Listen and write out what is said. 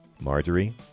Marjorie